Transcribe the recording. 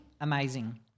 amazing